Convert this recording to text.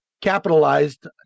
capitalized